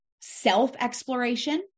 self-exploration